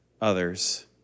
others